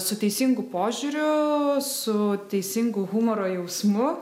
su teisingu požiūriu su teisingu humoro jausmu